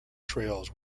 trails